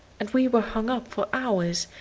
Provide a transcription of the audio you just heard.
and we were hung up for hours,